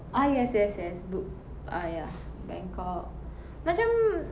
ah yes yes yes b~ ah ya bangkok macam